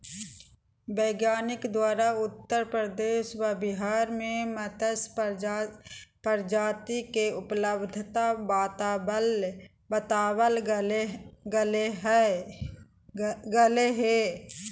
वैज्ञानिक द्वारा उत्तर प्रदेश व बिहार में मत्स्य प्रजाति के उपलब्धता बताबल गले हें